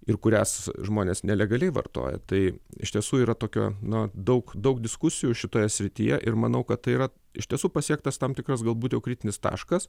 ir kurias žmonės nelegaliai vartoja tai iš tiesų yra tokio na daug daug diskusijų šitoje srityje ir manau kad tai yra iš tiesų pasiektas tam tikras galbūt jau kritinis taškas